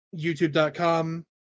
YouTube.com